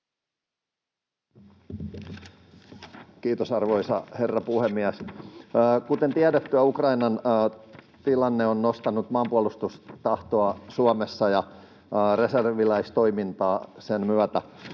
Kiitos, arvoisa herra puhemies! Kuten tiedettyä, Ukrainan tilanne on nostanut maanpuolustustahtoa Suomessa ja reserviläistoimintaa sen myötä.